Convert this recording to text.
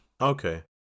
Okay